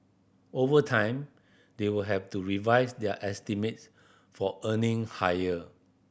over time they will have to revise their estimates for earning higher